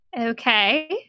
okay